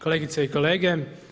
Kolegice i kolege.